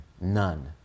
none